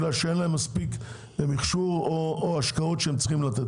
אין להם מכשור או השקעות שהם צריכים לתת.